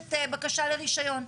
מבקשת בקשה לרישיון.